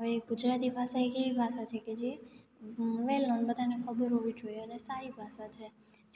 હવે ગુજરાતી ભાષા એક એવી ભાષા છે કે જે વેલ નોન બધાને ખબર હોવી જોઈએ અને સારી ભાષા છે